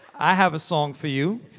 i have a song for you.